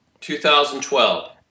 2012